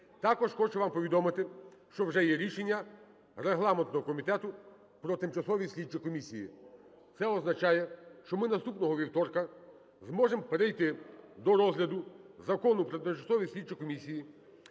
Також хочу вам повідомити, що вже є рішення регламентного комітету про тимчасові слідчі комісії. Це означає, що ми наступного вівторка зможемо перейти до розгляду Закону про тимчасові слідчі комісії.